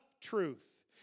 truth